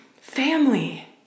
family